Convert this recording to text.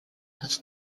his